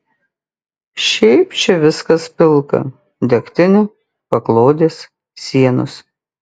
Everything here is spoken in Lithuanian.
šiaip čia viskas pilka degtinė paklodės sienos